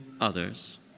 others